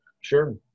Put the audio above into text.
Sure